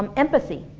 um empathy.